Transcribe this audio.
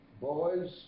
boys